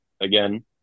again